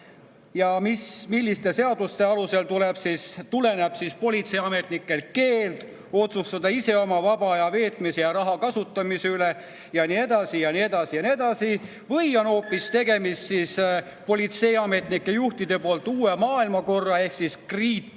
ja milliste seaduste alusel tuleneb politseiametnikele keeld otsustada ise oma vaba aja veetmise ja raha kasutamise üle ja nii edasi ja nii edasi ja nii edasi. Või on hoopis tegemist politseiametnike juhtide uue maailmakorra ehkgreat